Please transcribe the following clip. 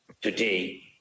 Today